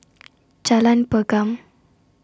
Jalan Pergam